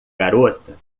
garota